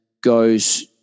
goes